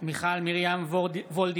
מיכל מרים וולדיגר,